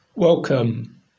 Welcome